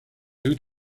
who